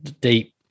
deep